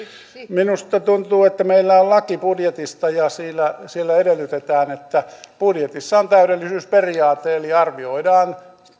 minusta tuntuu että meillä on laki budjetista ja siellä edellytetään että budjetissa on täydellisyysperiaate eli arvioidaan